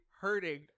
hurting